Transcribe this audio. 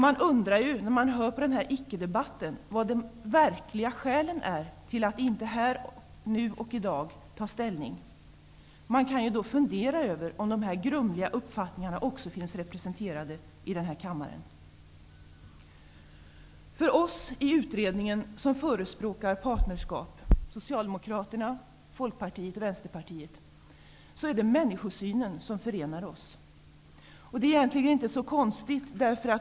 Jag undrar när jag hör dagens ickedebatt vilka de verkliga skälen till att vi inte tar ställning här i dag är. Man kan fundera över om dessa grumliga uppfattningar också finns representerade i den här kammaren. Det är människosynen som förenar oss som förespråkar partnerskap i utredningen, dvs. Vänsterpartiet. Det är egentligen inte så konstigt.